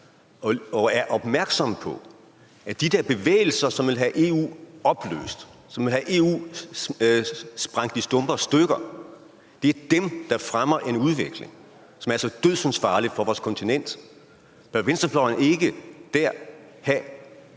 og er opmærksomme på, at de der bevægelser, som vil have EU opløst, som vil have EU sprængt i stumper og stykker, er dem, der fremmer en udvikling, som altså er dødsensfarlig for vores kontinent. Bør venstrefløjen ikke der